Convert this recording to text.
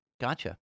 Gotcha